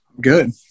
Good